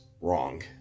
wrong